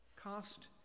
Cast